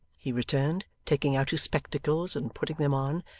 he returned, taking out his spectacles and putting them on,